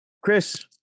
Chris